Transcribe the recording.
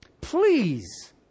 Please